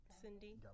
Cindy